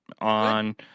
on